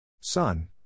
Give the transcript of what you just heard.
Son